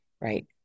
right